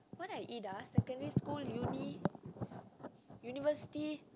what I eat ah secondary school uni university